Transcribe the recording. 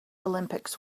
olympics